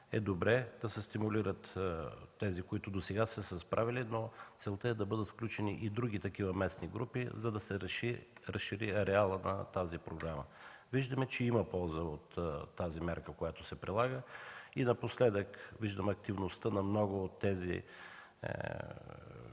е добре да се стимулират тези, които досега са се справяли, но целта е да бъдат включени и други такива местни групи, за да се разшири ареалът на тази програма. Виждаме, че има полза от мярката, която се прилага. Напоследък виждаме активността на много от тези